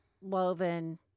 woven